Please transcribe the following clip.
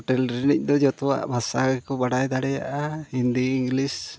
ᱛᱟᱹᱢᱤᱞ ᱨᱮᱫᱚ ᱡᱚᱛᱚᱣᱟᱜ ᱵᱷᱟᱥᱟ ᱜᱮᱠᱚ ᱵᱟᱰᱟᱭ ᱫᱟᱲᱮᱭᱟᱜᱼᱟ ᱦᱤᱱᱫᱤ ᱤᱝᱞᱤᱥ